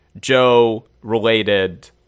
Joe-related